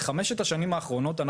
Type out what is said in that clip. בחמש השנים האחרונות,